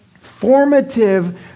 formative